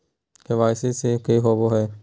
KYC की होबो है?